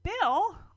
Bill